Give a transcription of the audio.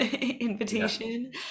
invitation